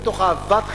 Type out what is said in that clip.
מתוך אהבת חינם,